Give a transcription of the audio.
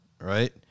right